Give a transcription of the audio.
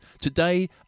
Today